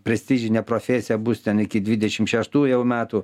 prestižinė profesija bus ten iki dvidešim šeštų jau metų